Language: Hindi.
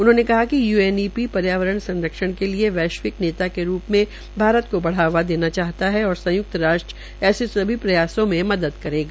उन्होंने कहा कि यूएनईपी पर्यावरण संरक्षण के लिए वैश्विक नेता के रूप में भारत को बढ़ावा देना चाहता है और संयुक्त राष्ट्र ऐसे सभी प्रयासो में मदद करेगा